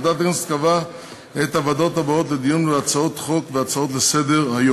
ועדת הכנסת קבעה את הוועדות הבאות לדיון בהצעות חוק והצעה לסדר-היום: